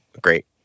great